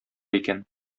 икән